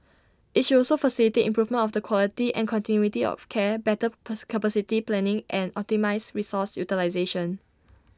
IT should also facilitate improvement of the quality and continuity of care better pass capacity planning and optimise resource utilisation